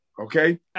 okay